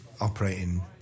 operating